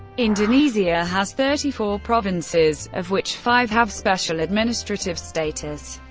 indonesia has thirty four provinces, of which five have special administrative status.